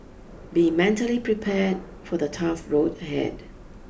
be mentally prepared for the tough road ahead